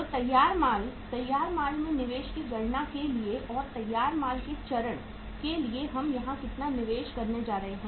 तो तैयार माल तैयार माल में निवेश की गणना के लिए और तैयार माल के चरण के लिए हम यहां कितना निवेश करने जा रहे हैं